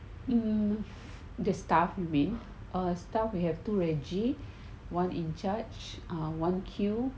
um the staff we staff we have two reggie one in charge ah one que